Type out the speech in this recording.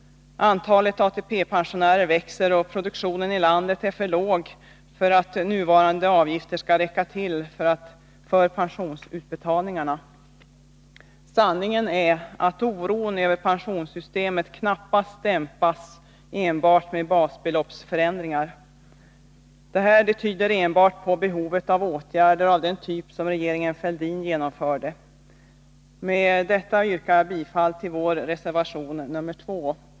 Antalet ATP-pensionärer växer, och produktionen i landet är för låg för att nuvarande avgifter skall räcka till för pensionsutbetalningarna. Sanningen är att oron över pensionssystemet knappast dämpas enbart med basbeloppsförändringar. Detta tyder bara på behovet av åtgärder av den typ som regeringen Fälldin genomförde. Med detta yrkar jag bifall till vår reservation 2.